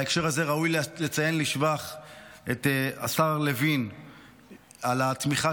בהקשר הזה ראוי לציין לשבח את השר לוין על התמיכה